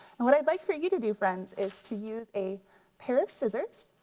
and what i'd like for you to do friends is to use a pair of scissors.